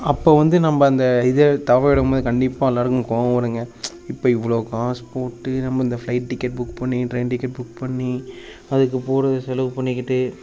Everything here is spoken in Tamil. அப்போ வந்து நம்ப அந்த இதை தவிர விடும்போது கண்டிப்பாக எல்லாருக்கும் கோவம் வருங்க இப்போ இவ்வளோவு காஸ் போட்டு நம்ம இந்த ஃப்ளைட் டிக்கெட் புக் பண்ணி ட்ரெய்ன் டிக்கெட் புக் பண்ணி அதுக்கு போகற செலவு பண்ணிக்கிட்டு